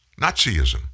Nazism